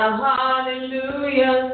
hallelujah